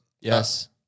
Yes